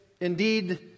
indeed